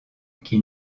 qui